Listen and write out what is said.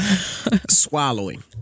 swallowing